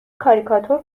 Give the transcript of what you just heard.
کاریکاتور